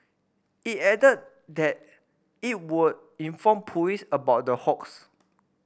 it added that it would inform police about the hoax